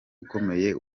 ukomeye